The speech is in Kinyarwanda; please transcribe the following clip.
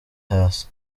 hasi